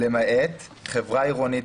"למעט חברה עירונית,